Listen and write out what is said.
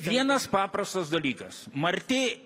vienas paprastas dalykas marti